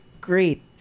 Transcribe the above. great